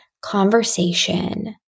conversation